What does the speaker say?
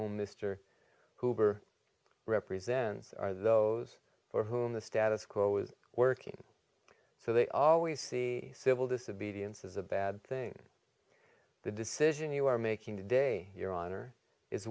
well mr hoover represents are those for whom the status quo is working so they always see civil disobedience as a bad thing the decision you are making today your honor is